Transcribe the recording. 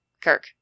Kirk